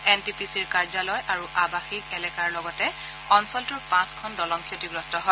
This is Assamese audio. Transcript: এন টি পি চিৰ কাৰ্যালয় আৰু আৱাসীক এলেকাৰ লগতে অঞ্চলটোৰ পাঁচখন দলং ক্ষতিগ্ৰস্ত হয়